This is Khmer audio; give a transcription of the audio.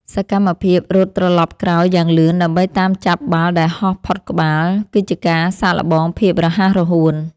សកម្មភាពរត់ត្រឡប់ក្រោយយ៉ាងលឿនដើម្បីតាមចាប់បាល់ដែលហោះផុតក្បាល គឺជាការសាកល្បងភាពរហ័សរហួន។